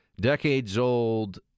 decades-old